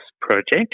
project